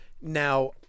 Now